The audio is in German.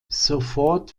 sofort